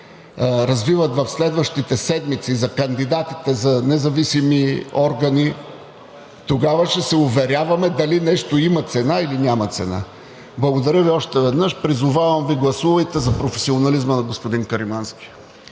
развиват в следващите седмици, за кандидатите за независими органи. Тогава ще се уверяваме дали нещо има цена, или няма цена. Благодаря Ви още веднъж. Призовавам Ви, гласувайте за професионализма на господин Каримански.